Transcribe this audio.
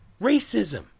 racism